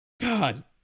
God